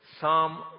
Psalm